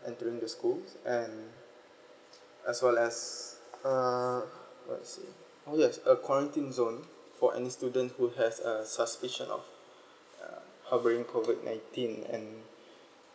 entering the schools and as well as err what I say oh yes a quarantine zone for any student who has a suspicion of err of bringing COVID nineteen and